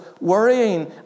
worrying